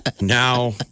Now